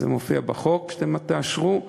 זה מופיע בחוק שאתם תאשרו,